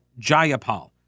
Jayapal